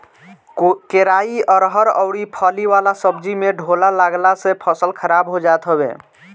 केराई, अरहर अउरी फली वाला सब्जी में ढोला लागला से फसल खराब हो जात हवे